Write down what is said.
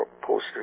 Poster